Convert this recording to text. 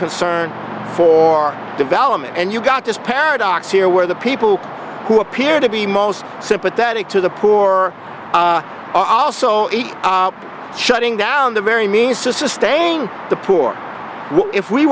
concern for development and you've got this paradox here where the people who appear to be most sympathetic to the poor are also shutting down the very means to sustain the poor if we